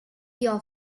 your